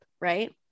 right